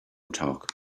talk